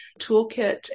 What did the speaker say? toolkit